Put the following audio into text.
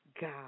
God